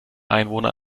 einwohner